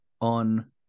on